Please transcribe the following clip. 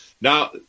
Now